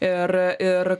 ir ir